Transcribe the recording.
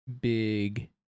big